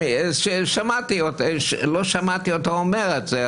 לא שמעתי אותו אומר את זה,